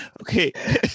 Okay